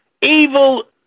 evil